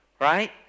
Right